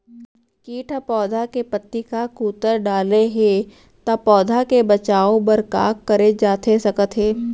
किट ह पौधा के पत्ती का कुतर डाले हे ता पौधा के बचाओ बर का करे जाथे सकत हे?